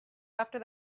after